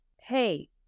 Hey